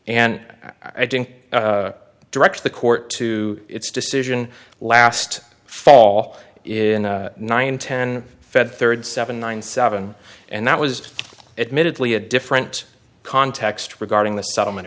and i think directs the court to its decision last fall in nine ten fed third seven nine seven and that was admitted lee a different context regarding the settlement